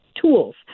tools